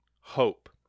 hope